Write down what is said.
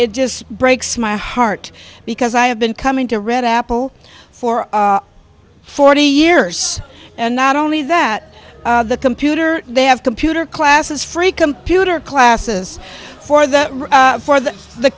t just breaks my heart because i have been coming to red apple for forty years and not only that the computer they have computer classes free computer classes for the for the the